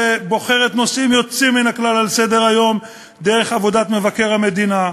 שבוחרת נושאים יוצאים מן הכלל לסדר-היום דרך עבודת מבקר המדינה.